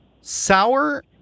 Sour